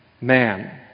Man